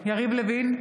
יריב לוין,